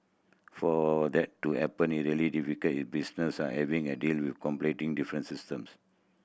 for that to happen it really difficult if business are having a deal with completely different systems